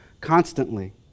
constantly